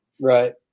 Right